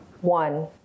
One